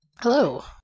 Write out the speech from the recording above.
Hello